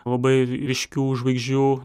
labai ryškių žvaigždžių